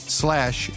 slash